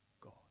God